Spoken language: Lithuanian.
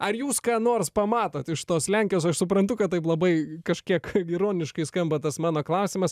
ar jūs ką nors pamatot iš tos lenkijos aš suprantu kad taip labai kažkiek ironiškai skamba tas mano klausimas